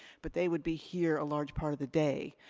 but they would be here a large part of the day.